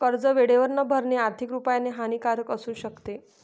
कर्ज वेळेवर न भरणे, आर्थिक रुपाने हानिकारक असू शकते